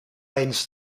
tijdens